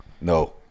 No